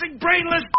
brainless